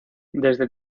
desde